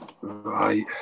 Right